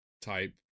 type